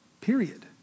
Period